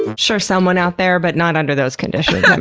sure, someone out there, but not under those conditions,